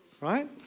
right